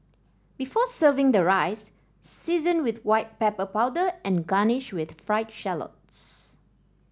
before serving the rice season with white pepper powder and garnish with fried shallots